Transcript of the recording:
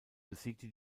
besiegte